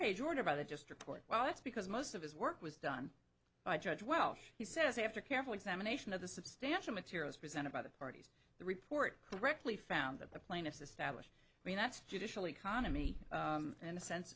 page order by the just report well that's because most of his work was done by judge welsh he says after careful examination of the substantial materials presented by the parties the report correctly found that the plaintiffs establish i mean that's judicial economy and a sense